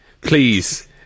please